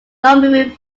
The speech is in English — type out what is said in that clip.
normally